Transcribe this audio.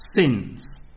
Sins